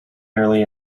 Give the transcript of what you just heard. early